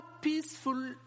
peaceful